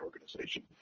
organization